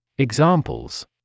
Examples